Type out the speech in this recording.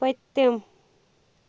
پٔتِم